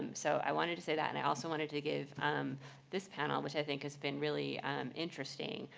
so i wanted to say that, and i also wanted to give this panel, which i think has been really interesting,